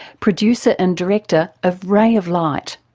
producer and director of ray of light,